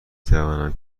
توانم